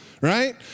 right